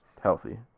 healthy